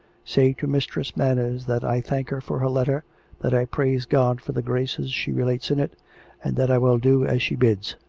say to mistress manners that i thank her for her letter that i praise god for the graces she relates in it and that i will do as she bids.